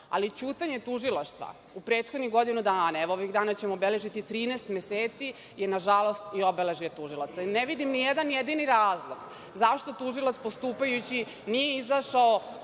ali ćutanje tužilaštva u prethodnih godinu dana, a evo ovih dana ćemo obeležiti 13 meseci i na žalost to je obeležje tužilaca. Ne vidim ni jedan jedini razlog zašto tužilac postupajući nije izašao